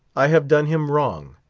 i have done him wrong,